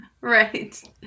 Right